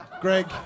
Greg